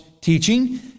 teaching